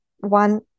one